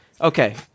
Okay